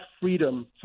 freedom